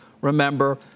Remember